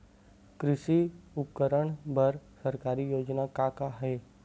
कृषि उपकरण बर सरकारी योजना का का हे?